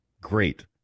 great